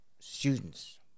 students